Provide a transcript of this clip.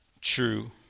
true